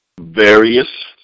Various